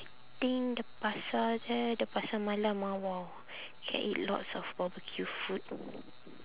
think the pasar there the pasar malam ah !wow! can eat lots of barbeque food